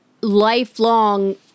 lifelong